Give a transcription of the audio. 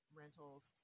rentals